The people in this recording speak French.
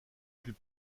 plus